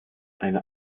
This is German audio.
eine